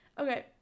Okay